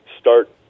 start